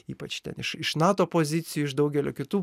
ypač ten iš iš nato pozicijų iš daugelio kitų